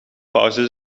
pauze